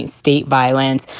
and state violence,